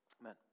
amen